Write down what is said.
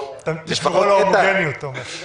תשמרו על ההומוגניות, אתה אומר.